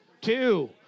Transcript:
two